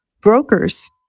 brokers